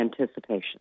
anticipation